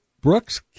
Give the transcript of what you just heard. Brooks